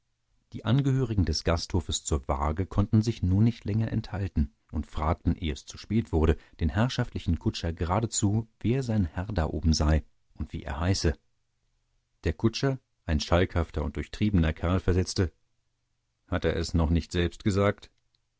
die angehörigen des gasthofes zur waage konnten sich nun nicht länger enthalten und fragten eh es zu spät wurde den herrschaftlichen kutscher geradezu wer sein herr da oben sei und wie er heiße der kutscher ein schalkhafter und durchtriebener kerl versetzte hat er es noch nicht selbst gesagt